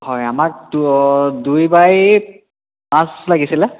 হয় আমাকতো দুই বাই পাঁচ লাগিছিলে